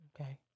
okay